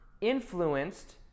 influenced